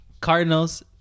Cardinals